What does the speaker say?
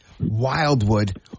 Wildwood